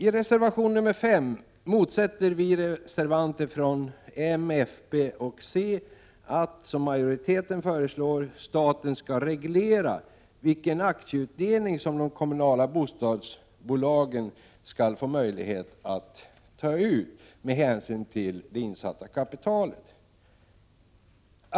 I reservation 5 motsätter vi reservanter från moderaterna, folkpartiet och centern oss att — som majoriteten föreslår — staten skall reglera vilken aktieutdelning som de kommunala bostadsbolagen skall ha möjlighet att få med hänsyn till insatt kapital.